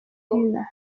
linah